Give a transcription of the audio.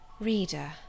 Reader